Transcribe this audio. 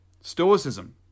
Stoicism